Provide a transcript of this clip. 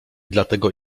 dlatego